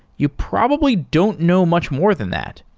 you probably don't know much more than that.